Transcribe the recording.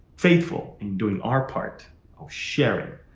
faithful in doing our part of sharing.